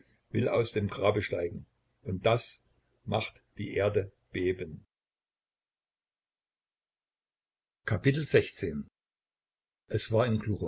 will aus dem grabe steigen und das macht die erde beben es war in